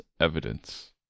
evidence